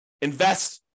Invest